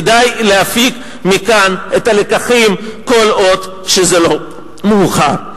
כדאי להפיק מכאן את הלקחים כל עוד לא מאוחר.